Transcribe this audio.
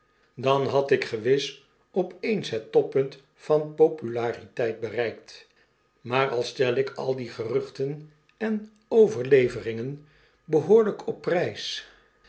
dan had ik gewisopeens het toppunt van populariteit bereikt maar al stel ik al die geruchten en overleveringen behoorlyk op prys